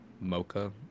Mocha